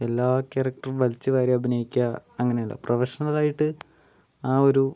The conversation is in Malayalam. എല്ലാ ക്യാരക്ടറും വലിച്ചുവാരി അഭിനയിക്കുക അങ്ങനെയല്ല പ്രൊഫഷണൽ ആയിട്ട് ആ ഒരു